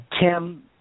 Tim